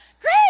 great